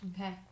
Okay